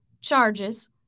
charges